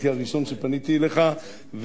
הייתי הראשון שפניתי אליך,